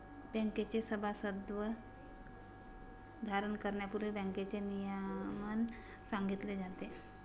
बँकेचे सभासदत्व धारण करण्यापूर्वी बँकेचे नियमन सांगितले जाते